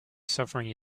suffering